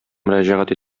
мөрәҗәгать